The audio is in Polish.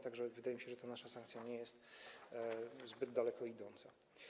Tak więc wydaje mi się, że nasza sankcja nie jest zbyt daleko idąca.